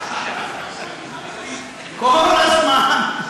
כל הזמן,